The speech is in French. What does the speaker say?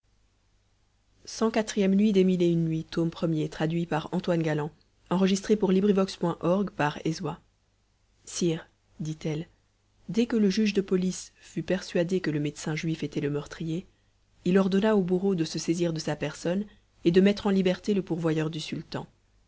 civ nuit sire dit-elle dès que le juge de police lut persuadé que le médecin juif était le meurtrier il ordonna au bourreau de se saisir de sa personne et de mettre en liberté le pourvoyeur du sultan